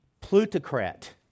Plutocrat